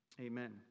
Amen